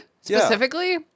specifically